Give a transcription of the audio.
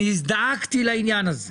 הזדעקתי לעניין הזה.